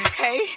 hey